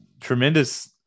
tremendous